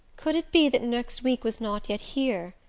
could it be that next week was not yet here?